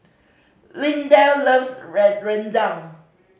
Lindell loves red rendang